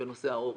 בנושא העורף,